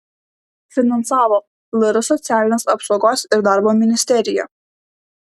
finansavo lr socialinės apsaugos ir darbo ministerija